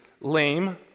lame